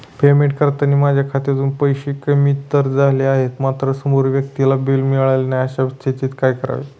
Payment करताना माझ्या खात्यातून पैसे कमी तर झाले आहेत मात्र समोरील व्यक्तीला बिल मिळालेले नाही, अशा स्थितीत काय करावे?